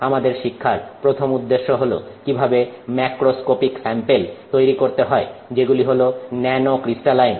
আমাদের শিক্ষার প্রথম উদ্দেশ্য হল কিভাবে ম্যাক্রোস্কোপিক স্যাম্পেল তৈরি করতে হয় যেগুলি হল ন্যানোক্রিস্টালাইন